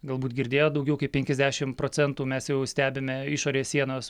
galbūt girdėjot daugiau kaip penkiasdešim procentų mes jau stebime išorės sienos